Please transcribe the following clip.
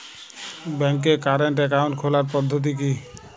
ব্যাংকে current account খোলার পদ্ধতি কি?